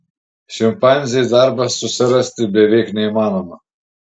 šimpanzei darbą susirasti beveik neįmanoma